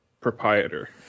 proprietor